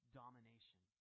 domination